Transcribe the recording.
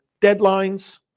deadlines